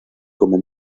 como